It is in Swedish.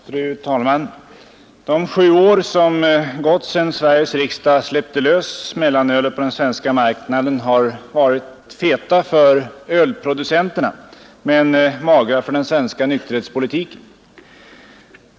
Fru talman! De sju år som snart gått sedan Sveriges riksdag släppte lös mellanölet på den svenska marknaden har varit feta för ölproducenterna men magra för den svenska nykterhetspolitiken.